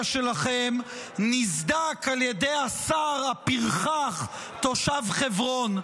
שלכם נסדק על ידי השר הפרחח תושב חברון,